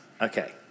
Okay